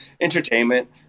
entertainment